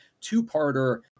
two-parter